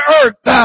earth